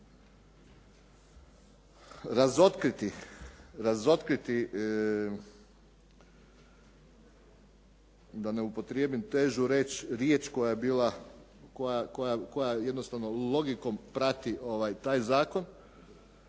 razotkriti da ne upotrijebim riječ koja jednostavno logikom prati taj zakon